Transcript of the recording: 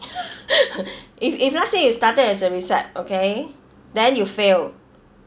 if if let's say you started as a reset okay then you fail